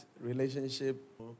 relationship